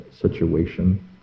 situation